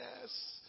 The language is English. Yes